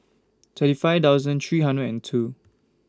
thirty five thousand three hundred and two